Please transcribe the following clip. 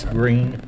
green